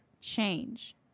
change